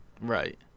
Right